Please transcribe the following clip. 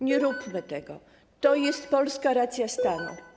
Nie róbmy tego, to jest polska racja stanu.